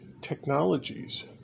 Technologies